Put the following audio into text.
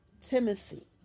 timothy